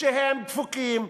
שהם דפוקים,